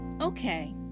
okay